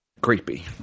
creepy